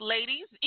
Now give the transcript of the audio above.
Ladies